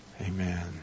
Amen